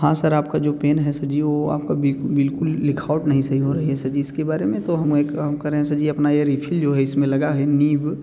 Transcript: हाँ सर आप का जो पेन है सर जी वो आप का बिल्कुल लिखावट सही नहीं हो रही है सर जी इसके बारे तो हम एक काम करें सर जी अपना ये रीफिल जो है इसमें लगा है नीव